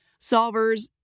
solvers